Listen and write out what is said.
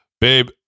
babe